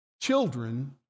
children